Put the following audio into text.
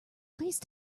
please